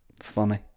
Funny